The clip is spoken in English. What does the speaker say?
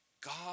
God